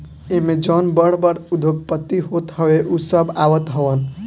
एमे जवन बड़ बड़ उद्योगपति होत हवे उ सब आवत हवन